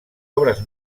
obres